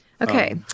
Okay